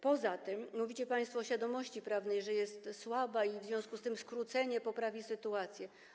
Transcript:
Poza tym mówicie państwo o świadomości prawnej, że jest słaba i w związku z tym skrócenie poprawi sytuację.